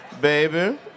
baby